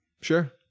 Sure